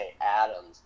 Adams